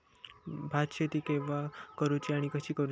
भात शेती केवा करूची आणि कशी करुची?